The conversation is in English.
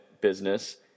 business